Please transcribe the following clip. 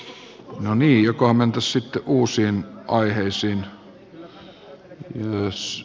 no niin jokohan mentäisiin sitten uusiin aiheisiin